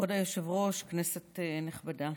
כבוד היושב-ראש, כנסת נכבדה,